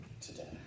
today